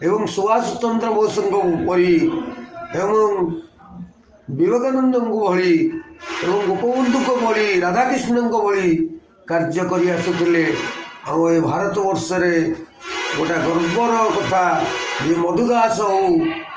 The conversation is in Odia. ଏବଂ ସୁଭାଷଚନ୍ଦ୍ର ବୋଷଙ୍କ ପରି ଏବଂ ବିବେକାନନ୍ଦଙ୍କୁ ଭଳି ଏବଂ ଗୋପବନ୍ଧୁଙ୍କ ଭଳି ରାଧାକୃଷ୍ଣଙ୍କ ଭଳି କାର୍ଯ୍ୟ କରିଆସୁଥିଲେ ଆଉ ଏ ଭାରତବର୍ଷରେ ଗୋଟେ ଗର୍ବର କଥା ଯେ ମଧୁଦାସ ହଉ